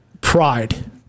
pride